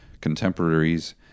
contemporaries